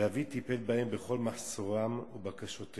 ואבי טיפל בהם, בכל מחסורם ובקשותיהם.